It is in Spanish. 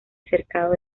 cercado